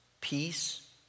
peace